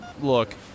look